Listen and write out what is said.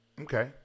okay